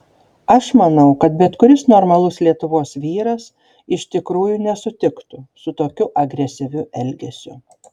aš manau kad bet kuris normalus lietuvos vyras iš tikrųjų nesutiktų su tokiu agresyviu elgesiu